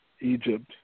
Egypt